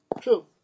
true